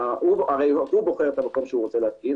הרי הוא בוחר את המקום שהוא רוצה להתקין.